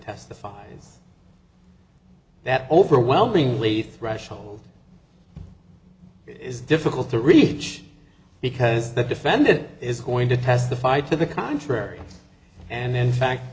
testified that overwhelmingly threshold is difficult to reach because the defendant is going to testify to the contrary and in fact